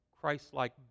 Christ-like